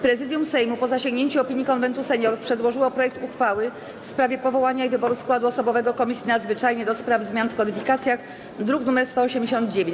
Prezydium Sejmu, po zasięgnięciu opinii Konwentu Seniorów, przedłożyło projekt uchwały w sprawie powołania i wyboru składu osobowego Komisji Nadzwyczajnej do spraw zmian w kodyfikacjach, druk nr 189.